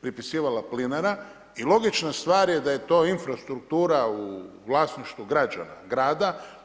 pripisivala plinara i logična stvar da je to infrastruktura u vlasništvu građana, grada.